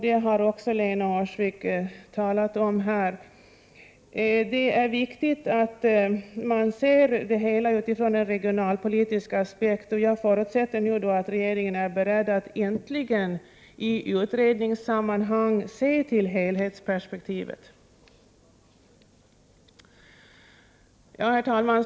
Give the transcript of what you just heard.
Det har också Lena Öhrsvik talat om här. Det är viktigt att man ser det hela ur en regionalpolitisk aspekt. Jag förutsätter att regeringen är beredd att äntligen i utredningssammanhang se till helhetsperspektivet. Herr talman!